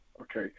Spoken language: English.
okay